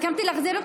הסכמתי להחזיר אותך,